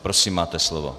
Prosím, máte slovo.